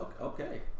Okay